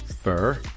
fur